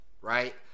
right